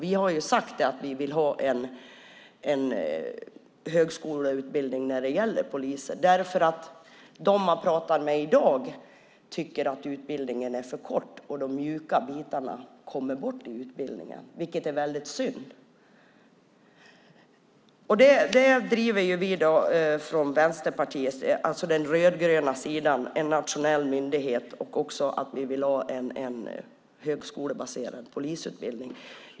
Vi har sagt att vi vill ha en högskoleutbildning av poliser. De poliser man pratar med i dag tycker att utbildningen är för kort och att de mjuka bitarna kommer bort i utbildningen, vilket är väldigt synd. Den rödgröna sidan driver alltså en nationell myndighet och en högskolebaserad polisutbildning.